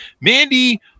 Mandy